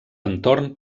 entorn